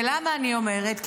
ולמה אני אומרת את זה?